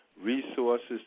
resources